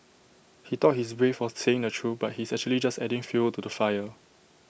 he thought he's brave for saying the truth but he's actually just adding fuel to the fire